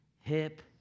hip